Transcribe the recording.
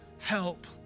help